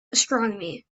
astronomy